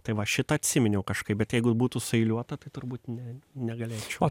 tai va šitą atsiminiau kažkaip bet jeigu būtų sueiliuota tai turbūt ne negalėčiau